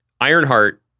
Ironheart